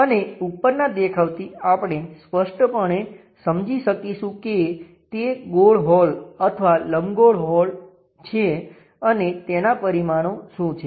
અને ઉપરના દેખાવથી આપણે સ્પષ્ટપણે સમજી શકીશું કે તે ગોળ હોલ અથવા લંબગોળ હોલ છે અને તેનાં પરિમાણો શું છે